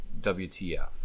WTF